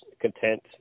content